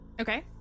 Okay